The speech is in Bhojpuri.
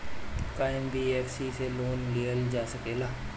का एन.बी.एफ.सी से लोन लियल जा सकेला?